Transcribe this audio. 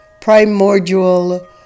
primordial